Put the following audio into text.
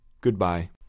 Goodbye